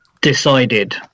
decided